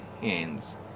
hands